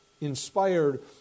inspired